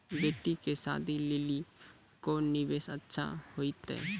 बेटी के शादी लेली कोंन निवेश अच्छा होइतै?